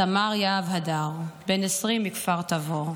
סמ"ר יהב הדר, בן 20 מכפר תבור,